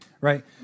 right